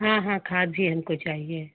हाँ हाँ खाद भी हमको चाहिए